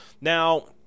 Now